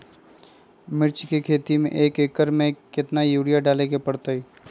मिर्च के खेती में एक एकर में कितना यूरिया डाले के परतई?